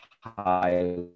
high